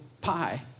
pie